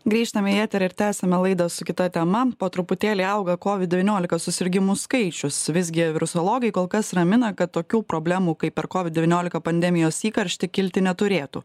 grįžtame į eterį ir tęsiame laidą su kita tema po truputėlį auga kovid devyniolika susirgimų skaičius visgi virusologai kol kas ramina kad tokių problemų kaip per kovid devyniolika pandemijos įkarštį kilti neturėtų